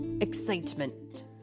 excitement